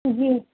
جی